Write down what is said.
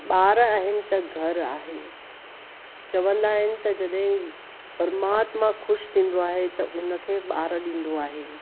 ॿार आहिनि त घरु आहे चवंदा आहिनि त जॾहिं परमात्मा ख़ुशि थींदो आहे त हुनखे ॿार ॾींदो आहे